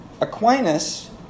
Aquinas